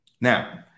Now